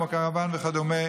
כמו קרוון וכדומה,